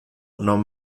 non